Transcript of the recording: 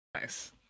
Nice